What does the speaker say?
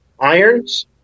Irons